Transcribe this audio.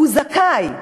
זכאי.